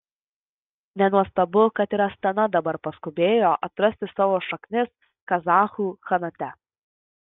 nenuostabu kad ir astana dabar paskubėjo atrasti savo šaknis kazachų chanate